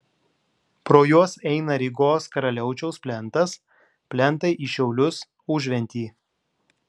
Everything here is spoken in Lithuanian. pro juos eina rygos karaliaučiaus plentas plentai į šiaulius užventį